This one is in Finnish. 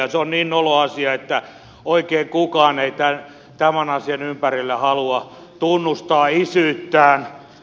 se on niin nolo asia että oikein kukaan ei tämän asian ympärillä halua tunnustaa isyyttään